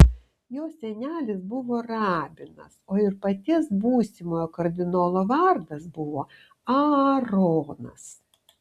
jo senelis buvo rabinas o ir paties būsimojo kardinolo vardas buvo aaronas